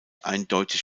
eindeutig